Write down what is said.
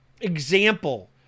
example